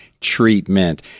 treatment